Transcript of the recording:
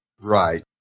Right